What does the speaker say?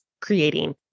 creating